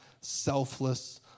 selfless